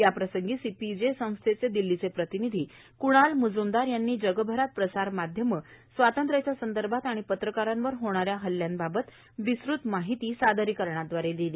याप्रसंगी सीपीजे संस्थेचे दिल्लीचे प्रतिनिधी कुणाल मुजुमदार यांनी विष्वभरात प्रसारमाध्यम स्वातंत्र्याच्या संदर्भात आणि पत्रकारांवर होणाऱ्या हल्ल्याबाबत विस्तृत माहिती सादरीकरणाद्वारे दिली